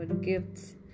gifts